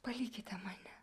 palikite mane